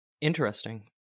Interesting